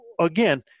again